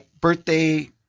birthday